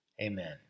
Amen